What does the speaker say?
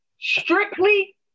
strictly